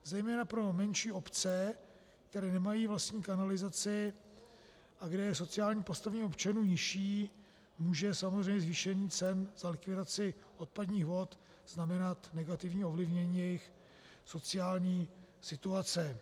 Zejména pro menší obce, které nemají vlastní kanalizaci a kde je sociální postavení občanů nižší, může samozřejmě zvýšení cen za likvidaci odpadních vod znamenat negativní ovlivnění jejich sociální situace.